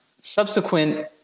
subsequent